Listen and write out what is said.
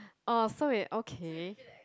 oh so you're okay